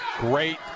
Great